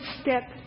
step